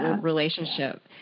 relationship